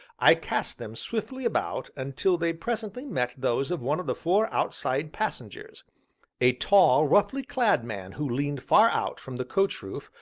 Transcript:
i cast them swiftly about until they presently met those of one of the four outside passengers a tall, roughly-clad man who leaned far out from the coach roof,